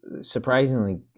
surprisingly